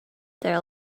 there